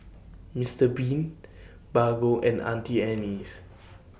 Mister Bean Bargo and Auntie Anne's